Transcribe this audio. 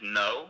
no